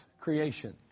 creation